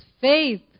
faith